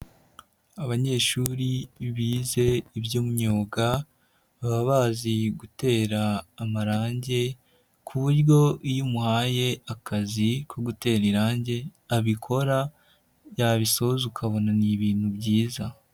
Abanyeshuri bize iby'imyuga baba bazi gutera amarange, ku buryo iyo umuhaye akazi ko gutera irange abikora yabisoza ukabona ni ibintu byiza.